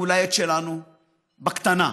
אולי את שלנו, בקטנה,